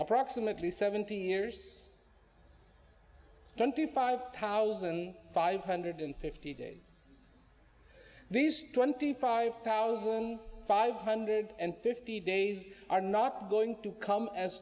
approximately seventy years twenty five thousand five hundred fifty days these twenty five thousand five hundred and fifty days are not going to come as